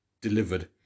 delivered